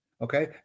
Okay